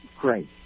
Great